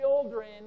children